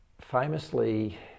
famously